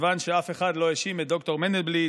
מכיוון שאף אחד לא האשים את ד"ר מנדלבליט